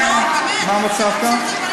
מה מצאת?